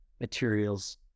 materials